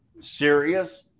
serious